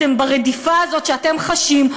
וברדיפה הזאת שאתם חשים,